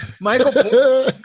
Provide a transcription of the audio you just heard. michael